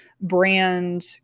brand